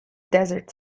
desert